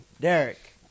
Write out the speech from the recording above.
Derek